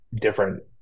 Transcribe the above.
different